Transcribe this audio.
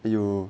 the U